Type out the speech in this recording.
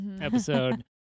episode